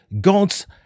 God's